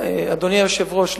אדוני היושב-ראש,